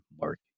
Mark